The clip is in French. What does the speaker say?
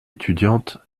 étudiante